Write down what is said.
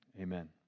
Amen